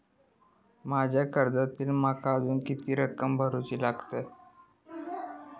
माझ्या कर्जातली माका अजून किती रक्कम भरुची लागात?